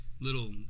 little